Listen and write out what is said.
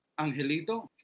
Angelito